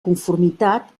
conformitat